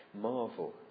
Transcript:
marvel